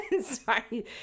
sorry